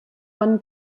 one